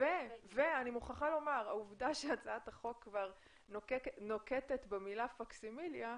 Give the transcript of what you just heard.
אני מוכרחה לומר שהעובדה שהצעת החוק כבר נוקטת במילה פקסימיליה,